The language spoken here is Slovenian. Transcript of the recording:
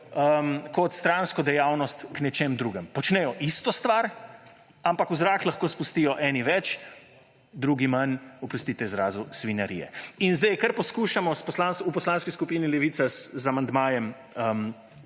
kot stransko dejavnost nečesa drugega. Pomeni, da počnejo isto stvar, ampak v zrak lahko spustijo eni več, drugi manj, oprostite izrazu, svinjarije. Kar poskušamo v Poslanski skupini Levica z amandmajem